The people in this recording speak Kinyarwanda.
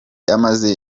amaze